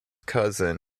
cousin